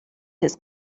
his